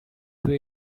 where